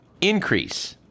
increase